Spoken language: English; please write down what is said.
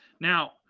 Now